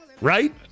Right